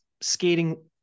skating